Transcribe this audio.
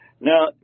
Now